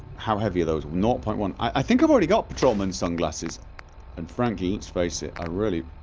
how heavy are those? not point one i think i've already got patrolman sunglasses and frankly let's face it, i really